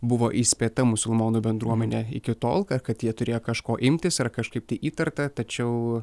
buvo įspėta musulmonų bendruomenę iki tol kad jie turėjo kažko imtis ar kažkaip tai įtarta tačiau